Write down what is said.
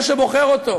זה שבוחר אותו,